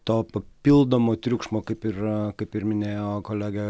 to papildomo triukšmo kaip ir kaip ir minėjo kolega